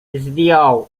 zdjął